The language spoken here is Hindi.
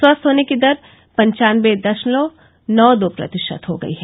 स्वस्थ होने की दर पंचानबे दशमलव नौ रो प्रतिशत हो गई है